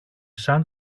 σαν